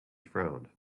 frowned